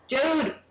Dude